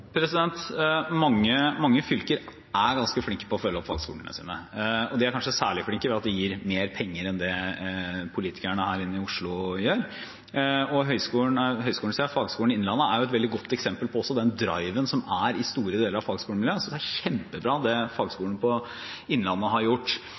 Mange fylker er ganske flinke til å følge opp fagskolene sine. De er kanskje særlig flinke ved at de gir mer penger enn det politikerne her i Oslo gjør. Fagskolen Innlandet er et veldig godt eksempel på også den driven som er i store deler av fagskolemiljøet. Det er kjempebra, det